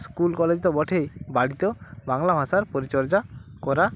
school college তো বটেই বাড়িতেও বাংলা ভাষার পরিচর্যা করা